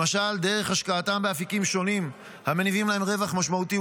למשל דרך השקעתם באפיקים שונים המניבים להם רווח משמעותי,